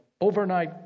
overnight